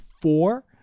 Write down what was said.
four